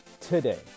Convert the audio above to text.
today